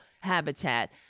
habitat